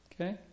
Okay